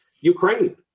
Ukraine